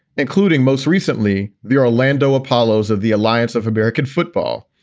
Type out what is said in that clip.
including, most recently, the orlando apollos of the alliance of american football.